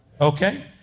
Okay